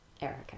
Erica